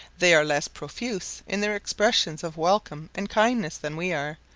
they are less profuse in their expressions of welcome and kindness than we are,